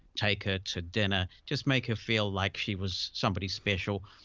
take her to dinner, just make her feel like she was somebody special.